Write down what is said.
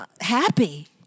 happy